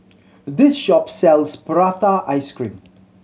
this shop sells prata ice cream